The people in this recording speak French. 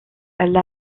elle